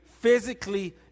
physically